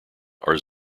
are